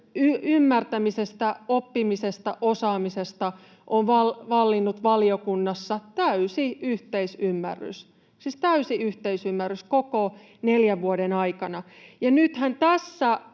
ymmärtämisestä, oppimisesta, osaamisesta on vallinnut valiokunnassa täysi yhteisymmärrys — siis täysi yhteisymmärrys koko neljän vuoden aikana.